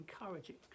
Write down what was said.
encouraging